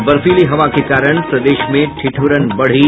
और बर्फीली हवा के कारण प्रदेश में ठिठुरन बढ़ी